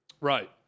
Right